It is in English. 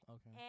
Okay